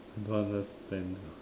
I don't understand ah